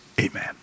amen